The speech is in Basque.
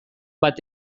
bat